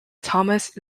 thomas